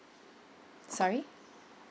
sorry